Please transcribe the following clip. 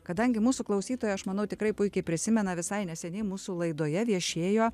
kadangi mūsų klausytojai aš manau tikrai puikiai prisimena visai neseniai mūsų laidoje viešėjo